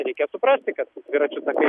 reikia suprasti kad tų dviračių takai